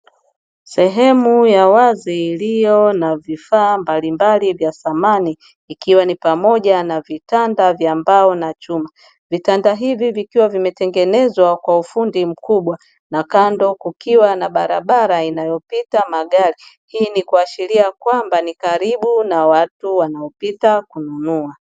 Sehemu ya wazi iliyo na vifaa mbalimbali vya samani ikiwa ni pamoja na vitanda vya mbao na chuma, vitanda hivi vikiwa vimetengenezwa kwa ufundi mkubwa, na kando kukiwa na barabara inayopita magari; hii ni kuashiria kwamba ni karibu na watu wanaopita kununua.